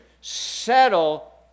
Settle